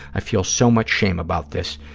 i feel so much shame about this.